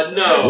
no